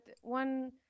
one